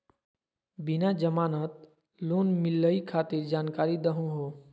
बिना जमानत लोन मिलई खातिर जानकारी दहु हो?